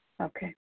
Okay